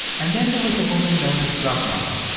and then, there was the woman known as drug mama.